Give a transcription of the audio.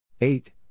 eight